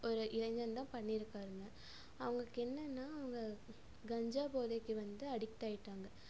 ஒரு இளைஞன் தான் பண்ணியிருக்காருங்க அவங்களுக்கு என்னென்னா அவங்க கஞ்சா போதைக்கு வந்து அடிக்ட்டாகிட்டாங்க